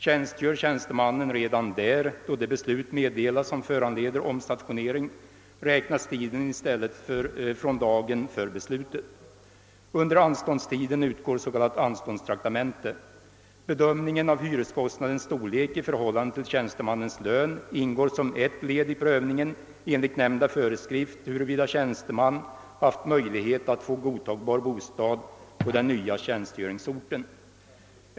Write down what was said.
Tjänstgör tjänstemannen redan där, då det beslut meddelas som föranleder omstationering, räknas tiden i stället från dagen för beslutet. Under anståndstiden utgår s.k. anståndstraktamente. Bedömningen av hyreskostnadens storlek i förhållande till tjänstemannens lön ingår som ett led i prövningen enligt nämnda föreskrift huruvida tjänsteman haft möjlighet att få godtagbar bostad på den nya tjänstgöringsorten.